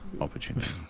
opportunity